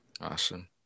Awesome